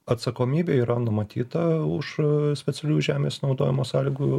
atsakomybė yra numatyta už specialiųjų žemės naudojimo sąlygų